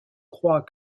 croient